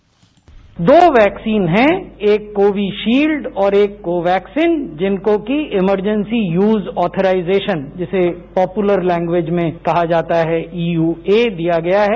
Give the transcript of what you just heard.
bite दो vaccine हैं एक कोवीशील्ड और एक कोवैक्सीन जिनको कि इमरजेंसी यूज ऑथराइजेशन जिसे पॉपुलर लैंग्वेज में कहा जाता है ईयूए दिया गया है